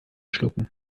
schlucken